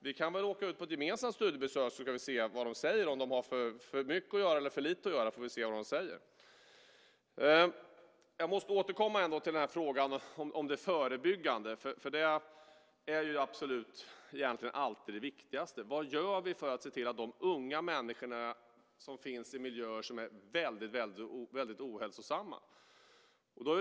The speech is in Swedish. Vi kan väl åka ut på ett gemensamt studiebesök så får vi se vad de säger, om de har för mycket att göra eller för lite att göra. Jag måste ändå återkomma till frågan om det förebyggande. Det är egentligen alltid det absolut viktigaste: Vad gör vi för de unga människor som finns i miljöer som är väldigt ohälsosamma?